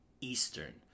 Eastern